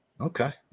Okay